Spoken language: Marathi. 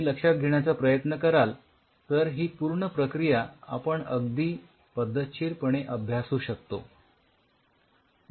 तुम्ही लक्षात घेण्याचा प्रयत्न कराल तर ही पूर्ण प्रक्रिया आपण अगदी पद्धतशीरपणे अभ्यासू शकतो